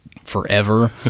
forever